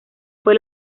fue